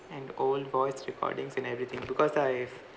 and old voice recordings and everything because I've